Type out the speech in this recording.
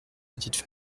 petite